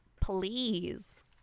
Please